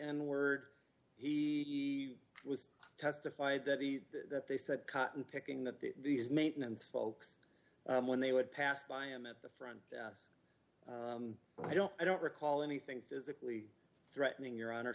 and word he was testified that he that they said cotton picking that these maintenance folks when they would pass by him at the front i don't i don't recall anything physically threatening your honor